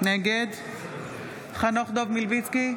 נגד חנוך דב מלביצקי,